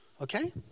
Okay